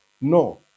No